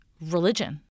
religion